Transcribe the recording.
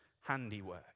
handiwork